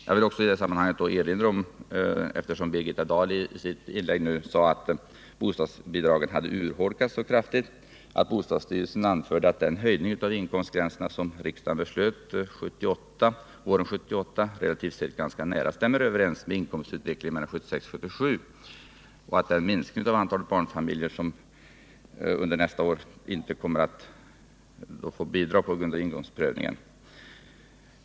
Jag vill i detta sammanhang erinra om, eftersom Birgitta Dahl i sitt anförande sade att bostadsbidragen kraftigt hade urholkats, att bostadsstyrelsen anfört att den höjning av inkomstgränserna som riksdagen beslöt våren 1978 relativt sett ganska nära stämmer överens med inkomstutvecklingen mellan 1976 och 1977.